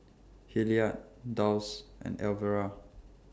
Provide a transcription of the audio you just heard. Hilliard Dulce and Elvera